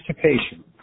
participation